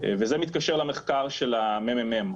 וזה מתקשר למחקר של הממ"מ.